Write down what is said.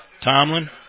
Tomlin